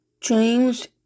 James